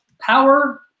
power